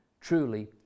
Truly